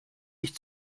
ich